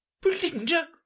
Belinda